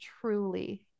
truly